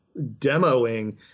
demoing